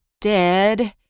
dead